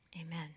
Amen